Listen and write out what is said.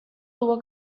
tuvo